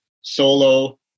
solo